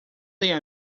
tem